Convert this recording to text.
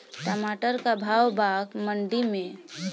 टमाटर का भाव बा मंडी मे?